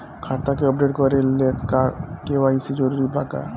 खाता के अपडेट करे ला के.वाइ.सी जरूरी बा का?